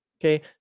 okay